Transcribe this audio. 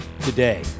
today